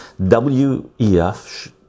WEF